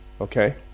Okay